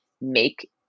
make